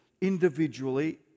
individually